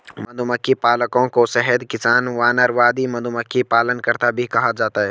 मधुमक्खी पालकों को शहद किसान, वानरवादी, मधुमक्खी पालनकर्ता भी कहा जाता है